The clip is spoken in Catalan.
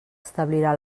establirà